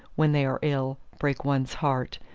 when they are ill, break one's heart,